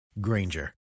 granger